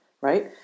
right